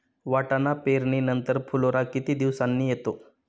वाटाणा पेरणी नंतर फुलोरा किती दिवसांनी येतो?